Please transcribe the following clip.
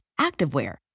activewear